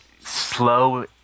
slow